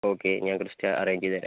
okay ഞാൻ ക്രിസ്റ്റ arrange ചെയ്ത് തരാം